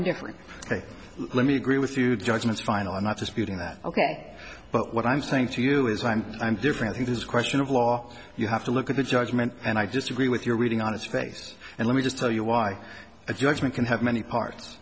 indifferent ok let me agree with you judgments final i'm not disputing that ok but what i'm saying to you is i'm i'm different it is a question of law you have to look at the judgment and i disagree with your reading on its face and let me just tell you why a judgment can have many parts